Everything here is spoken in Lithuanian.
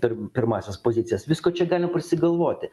per pirmąsias pozicijas visko čia galma prisigalvoti